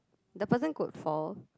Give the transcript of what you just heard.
the person could fall